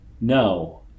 no